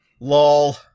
Lol